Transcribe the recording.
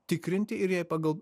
tikrinti ir jai pagal